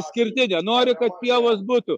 išskirtnė nori kad pievos būtų